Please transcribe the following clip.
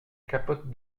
capote